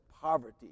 poverty